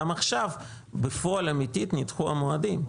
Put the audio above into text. גם עכשיו, בפועל, נדחו המועדים.